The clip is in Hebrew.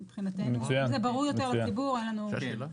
זה מבחינתנו אם זה ברור יותר לציבור אין לנו בעיה.